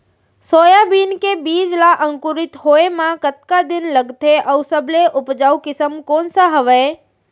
Soybean के बीज ला अंकुरित होय म कतका दिन लगथे, अऊ सबले उपजाऊ किसम कोन सा हवये?